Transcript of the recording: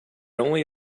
only